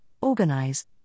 organize